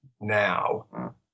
now